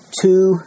two